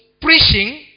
preaching